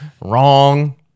Wrong